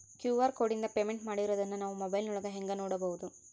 QR ಕೋಡಿಂದ payment ಮಾಡಿರೋದನ್ನ ನಾವು ಮೊಬೈಲಿನೊಳಗ ಹೆಂಗ ನೋಡಬಹುದು?